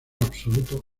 absoluto